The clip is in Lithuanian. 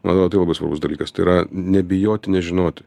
man atrodo tai labai svarbus dalykas tai yra nebijoti nežinoti